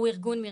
הוא ארגון מרשם.